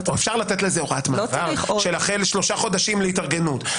אפשר לתת לזה הוראת מעבר של החל משלושה חודשים להתארגנות.